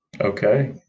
Okay